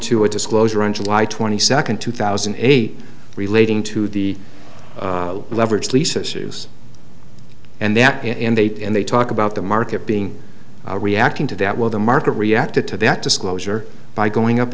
to a disclosure on july twenty second two thousand and eight relating to the leverage lisa issues and that and they and they talk about the market being reacting to that while the market reacted to that disclosure by going up